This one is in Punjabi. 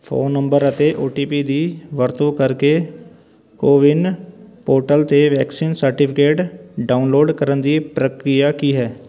ਫੋਨ ਨੰਬਰ ਅਤੇ ਓ ਟੀ ਪੀ ਦੀ ਵਰਤੋਂ ਕਰਕੇ ਕੋਵਿਨ ਪੋਰਟਲ 'ਤੇ ਵੈਕਸੀਨ ਸਰਟੀਫਿਕੇਟ ਡਾਊਨਲੋਡ ਕਰਨ ਦੀ ਪ੍ਰਕਿਰਿਆ ਕੀ ਹੈ